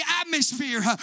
atmosphere